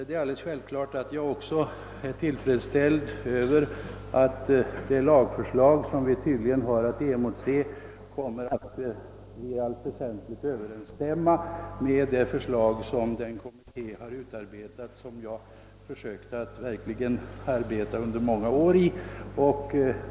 Det är självklart att jag också är tillfredsställd över att det lagförslag som vi har att emotse kommer att i allt väsentligt överensstämma med det förslag som utarbetats av den kommitté, i vilken jag under många år verkligen försökte att göra en insats.